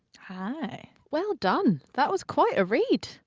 hi. well done. that was quite a read.